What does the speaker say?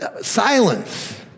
Silence